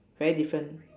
very different